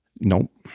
Nope